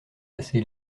assez